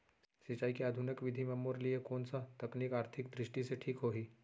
सिंचाई के आधुनिक विधि म मोर लिए कोन स तकनीक आर्थिक दृष्टि से ठीक होही?